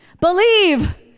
believe